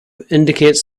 indicates